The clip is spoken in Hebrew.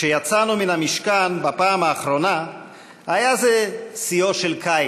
כשיצאנו מן המשכן בפעם האחרונה היה זה שיאו של קיץ.